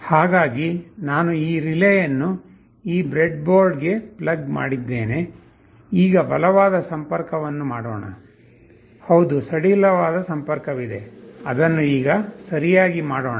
ಹಾಗಾಗಿ ನಾನು ಈ ರಿಲೇಯನ್ನು ಈ ಬ್ರೆಡ್ಬೋರ್ಡ್ಗೆ ಪ್ಲಗ್ ಮಾಡಿದ್ದೇನೆ ಈಗ ಬಲವಾದ ಸಂಪರ್ಕವನ್ನು ಮಾಡೋಣ ಹೌದು ಸಡಿಲವಾದ ಸಂಪರ್ಕವಿದೆ ಅದನ್ನು ಈಗ ಸರಿಯಾಗಿ ಮಾಡೋಣ